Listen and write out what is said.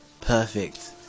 perfect